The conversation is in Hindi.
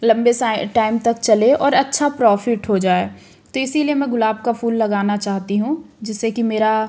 लम्बे टाइम तक चले और अच्छा प्रोफिट हो जाए तो इसलिए मैं गुलाब का फूल लगाना चाहती हूँ जिससे कि मेरा